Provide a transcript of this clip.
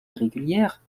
irrégulières